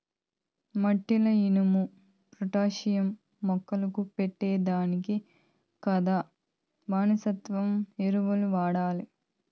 మట్టిల ఇనుము, పొటాషియం మొక్కకు పట్టే దానికి కదా భాస్వరం ఎరువులు వాడాలి